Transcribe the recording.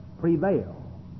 prevail